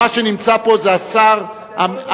מי שנמצא פה זה השר התורן.